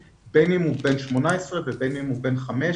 בין אם הוא בן 18 ובין אם הוא בן 5,